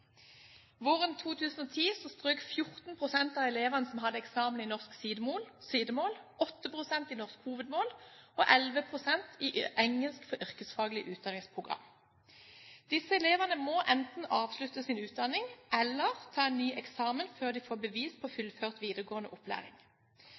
Våren 2010 strøk 14 pst. av elevene som hadde eksamen i norsk sidemål, 8 pst. i norsk hovedmål og 11 pst. i engelsk for yrkesfaglige utdanningsprogram. Disse elevene må enten avslutte sin utdanning eller ta en ny eksamen før de får bevis på